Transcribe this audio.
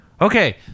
okay